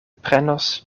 prenos